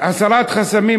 הסרת חסמים,